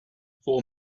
four